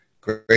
great